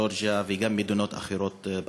גאורגיה וגם מדינות אחרות בחו"ל.